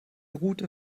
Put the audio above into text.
route